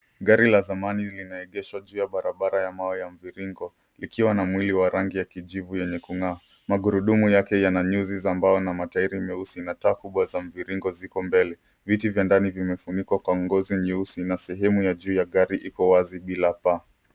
Gari la zamani linaegeshwa juu ya barabara ya mawe ya mviringo likiwa na mwili ya rangi ya kijivu yenye kung'aa. Magurudumu yake yana nyuzi za mbao na matairi meusi na taa kubwa za mviringi ziko mbele. Viti vya ndani vimefunikwa kwa ngozi nyeusi na sehemu ya juu ya gari iko wazi bila paa.